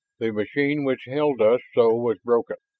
the machine which held us so was broken,